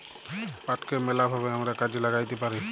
পাটকে ম্যালা ভাবে আমরা কাজে ল্যাগ্যাইতে পারি